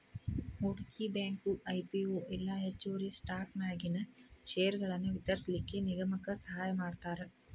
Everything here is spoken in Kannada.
ಹೂಡ್ಕಿ ಬ್ಯಾಂಕು ಐ.ಪಿ.ಒ ಇಲ್ಲಾ ಹೆಚ್ಚುವರಿ ಸ್ಟಾಕನ್ಯಾಗಿನ್ ಷೇರ್ಗಳನ್ನ ವಿತರಿಸ್ಲಿಕ್ಕೆ ನಿಗಮಕ್ಕ ಸಹಾಯಮಾಡ್ತಾರ